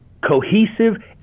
cohesive